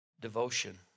Devotion